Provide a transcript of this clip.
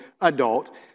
adult